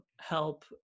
help